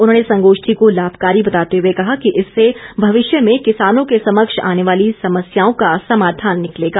उन्होंने संगोष्ठी को लाभकारी बताते हुए कहा कि इससे भविष्य में किसानों के समक्ष आने वाली समस्याओं का समाधान निकलेगा